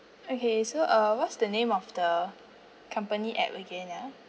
okay so uh what's the name of the company app again ya